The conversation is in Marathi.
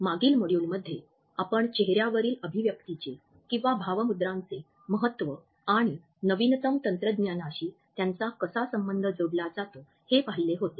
मागील मॉड्यूलमध्ये आपण चेहऱ्यावरील अभिव्यक्तीचे किंवा भावमुद्रांचे महत्त्व आणि नवीनतम तंत्रज्ञानाशी त्यांचा कसा संबंध जोडला जातो हे पाहिले होते